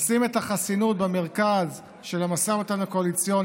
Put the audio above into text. לשים את החסינות במרכז של המשא ומתן הקואליציוני,